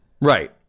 Right